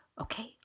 Okay